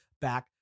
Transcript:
back